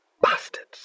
bastards